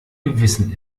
gewissen